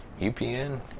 UPN